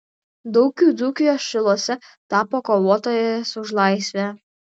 daug jų dzūkijos šiluose tapo kovotojais už laisvę